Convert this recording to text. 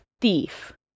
thief